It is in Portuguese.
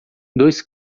dois